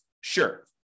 Sure